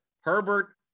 Herbert